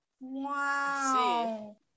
wow